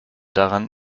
daran